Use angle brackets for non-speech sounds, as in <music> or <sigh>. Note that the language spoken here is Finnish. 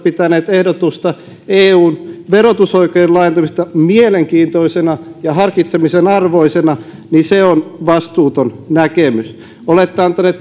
<unintelligible> pitäneet ehdotusta eun verotusoikeuden laajentamisesta mielenkiintoisena ja harkitsemisen arvoisena niin se on vastuuton näkemys olette antaneet <unintelligible>